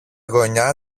γωνιά